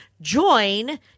join